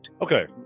Okay